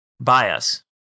bias